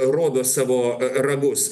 rodo savo ragus